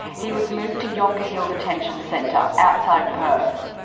he was moved to yongah hill detention centre, outside perth.